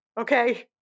okay